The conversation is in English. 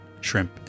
shrimp